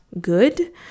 good